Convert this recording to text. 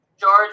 George